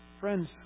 Friends